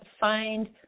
find